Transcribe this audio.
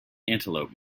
antelope